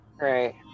Right